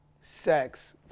sex